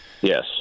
Yes